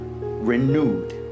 renewed